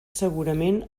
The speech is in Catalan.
segurament